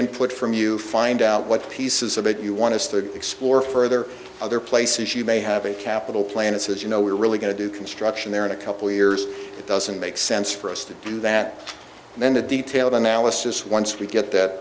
input from you find out what pieces of it you want to explore further other places you may have a capital plan it says you know we're really going to do construction there in a couple years it doesn't make sense for us to do that and then the detailed analysis once we get that